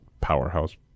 powerhouse